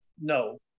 No